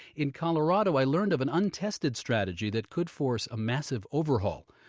in colorado, i learned of an untested strategy that could force a massive overhaul.